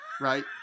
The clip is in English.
Right